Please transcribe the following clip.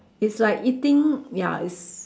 is like eating ya is